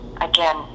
again